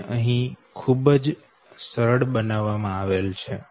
જે અહી ખૂબ જ સરળ બનાવવામાં આવેલ છે